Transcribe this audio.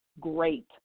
great